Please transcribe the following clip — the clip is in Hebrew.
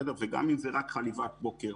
גם אם זו רק חליבת בוקר,